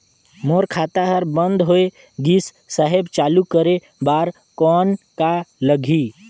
मोर खाता हर बंद होय गिस साहेब चालू करे बार कौन का लगही?